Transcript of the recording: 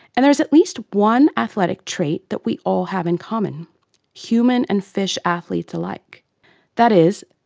and there is at least one athletic trait that we all have in common human and fish athletes alike that is,